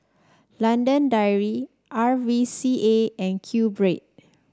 London Dairy R V C A and QBread